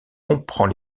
comprend